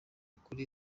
kuri